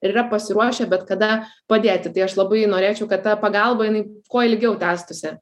ir yra pasiruošę bet kada padėti tai aš labai norėčiau kad ta pagalba jinai kuo ilgiau tęstųsi